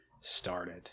started